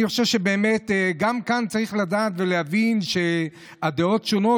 אני חושב שבאמת גם כאן צריך לדעת ולהבין שהדעות שונות,